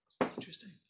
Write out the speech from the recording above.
Interesting